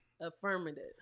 affirmative